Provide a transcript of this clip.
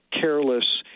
careless